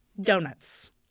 Donuts